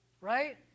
Right